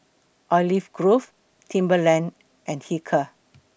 Olive Grove Timberland and Hilker